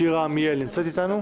שירה עמיאל נמצאת איתנו?